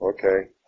Okay